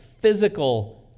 physical